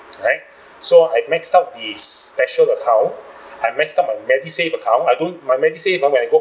alright so I've maxed out the special account I maxed out my Medisave account I don't my Medisave uh when I go